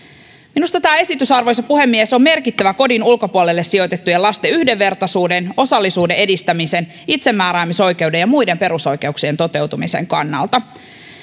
minusta tämä esitys arvoisa puhemies on merkittävä kodin ulkopuolelle sijoitettujen lasten yhdenvertaisuuden osallisuuden edistämisen itsemääräämisoikeuden ja muiden perusoikeuksien toteutumisen kannalta